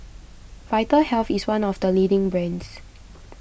Vitahealth is one of the leading brands